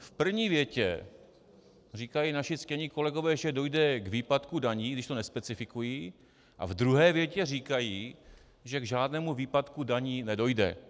V první větě říkají naši ctění kolegové, že dojde k výpadku daní, i když to nespecifikují, a ve druhé větě říkají, že k žádnému výpadku daní nedojde.